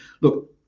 look